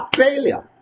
failure